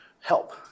help